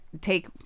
take